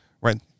right